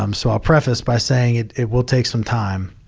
um so i'll preface by saying it it will take some time.